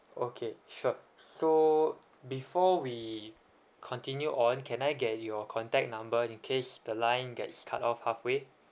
okay sure so before we continue on can I get your contact number in case the line gets cut off halfway